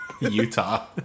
Utah